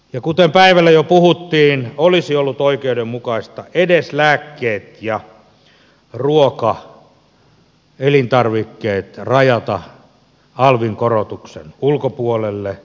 ja kuten päivällä jo puhuttiin olisi ollut oikeudenmukaista edes lääkkeet ja ruoka elintarvikkeet rajata alvin korotuksen ulkopuolelle